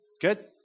Good